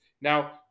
Now